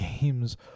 games